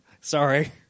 Sorry